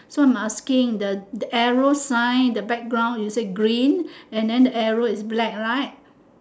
so I'm asking the arrow sign the background is it green and then the arrow is black right